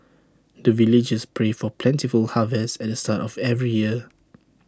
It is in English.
the villagers pray for plentiful harvest at the start of every year